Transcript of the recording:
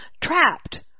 trapped